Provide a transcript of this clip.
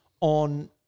on